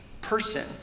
person